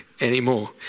anymore